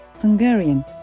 Hungarian